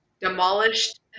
demolished